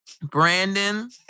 Brandon